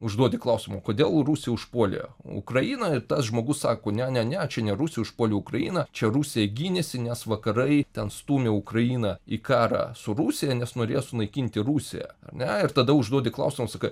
užduoti klausimą kodėl rusija užpuolė ukrainą ir tas žmogus sako ne ne ne čia ne rusija užpuolė ukrainą čia rusija gynėsi nes vakarai ten stūmė ukrainą į karą su rusija nes norėjo sunaikinti rusiją ar ne ir tada užduodi klausimą sakai